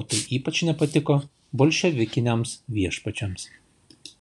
o tai ypač nepatiko bolševikiniams viešpačiams